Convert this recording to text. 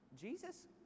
Jesus